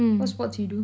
what sports you do